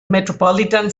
metropolitan